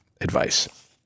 advice